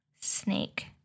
snake